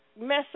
mess